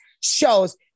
shows